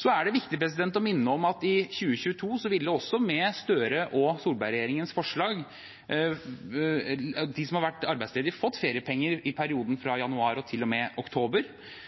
Det er viktig å minne om at de som har vært arbeidsledige, ville fått feriepenger i perioden fra januar og til og med oktober